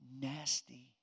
nasty